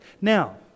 Now